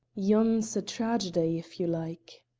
yon's a tragedy, if you like.